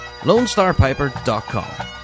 LoneStarPiper.com